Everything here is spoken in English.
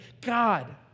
God